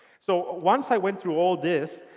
so once i went through all this,